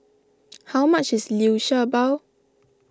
how much is Liu Sha Bao